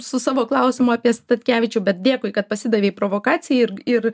su savo klausimu apie statkevičių bet dėkui kad pasidavei provokacijai ir ir